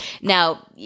Now